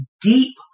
deep